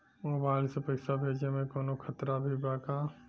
Mobile से पैसा भेजे मे कौनों खतरा भी बा का?